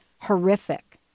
horrific